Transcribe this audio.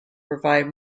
provide